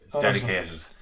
dedicated